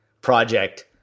project